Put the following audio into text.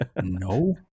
No